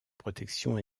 protection